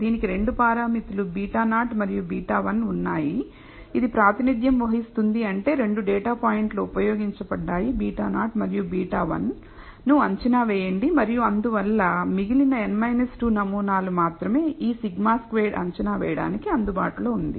దీనికి 2 పారామితులు β0 మరియు β1 ఉన్నాయి ఇది ప్రాతినిధ్యం వహిస్తుంది అంటే 2 డేటా పాయింట్లు ఉపయోగించబడ్డాయి β0 మరియు β1 ను అంచనా వేయండి మరియు అందువల్ల మిగిలిన n 2 నమూనాలు మాత్రమే ఈ σ స్క్వేర్డ్ అంచనా వేయడానికి అందుబాటులో ఉంది